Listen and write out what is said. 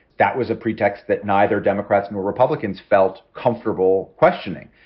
that was a pretext that neither democrats nor republicans felt comfortable questioning.